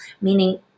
meaning